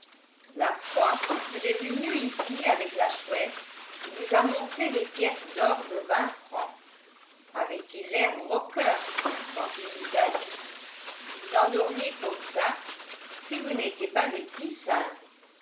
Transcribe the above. la fois qu'il est venu ici avec la chouette il nous a montré des pièces d'or de vingt francs avait-il l'air moqueur quand il nous a dit vous en auriez comme ça si vous n'étiez pas des petits sinves